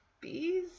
Bees